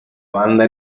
banda